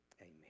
amen